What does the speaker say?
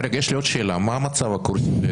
יש לי עוד שאלה, מה מצב האולפנים